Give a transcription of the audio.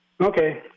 Okay